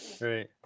right